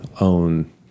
own